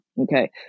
Okay